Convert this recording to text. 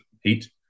heat